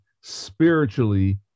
spiritually